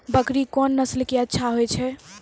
बकरी कोन नस्ल के अच्छा होय छै?